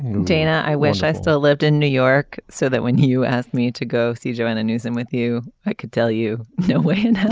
dana i wish i still lived in new york so that when you asked me to go see joanna newsom with you i could tell you no way in hell